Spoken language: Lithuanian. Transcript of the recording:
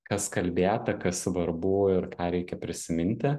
kas kalbėta kas svarbu ir ką reikia prisiminti